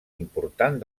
important